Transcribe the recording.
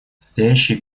стоящие